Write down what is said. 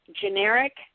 generic